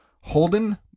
Holden